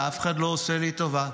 אף אחד לא עושה לי טובה.